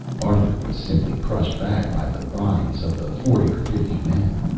arthur was simply crushed back by the bodies of the forty or fifty men.